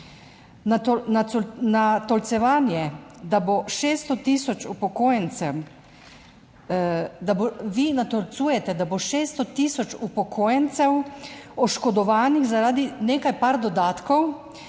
natolcujete, da bo 600 tisoč upokojencev oškodovanih zaradi nekaj par dodatkov